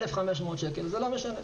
1,500 שקל זה לא משנה.